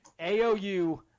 AOU